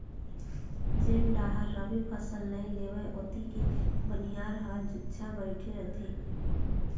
जेन डाहर रबी फसल नइ लेवय ओती के बनिहार ह जुच्छा बइठे रहिथे